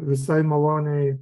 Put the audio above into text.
visai maloniai